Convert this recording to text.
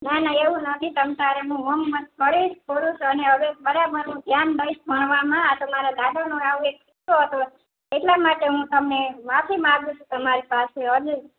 ના ના એવું નથી તમે તમારે હું હોમવર્ક કરીશ પૂરું સર અને હવે બરાબર હું ધ્યાન દઇશ ભણવામાં આ તો મારા દાદાનું આવું એ થયું હતું એટલા માટે હું તમને માફી માગું છું તમારી પાસે અને